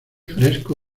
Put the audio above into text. fresco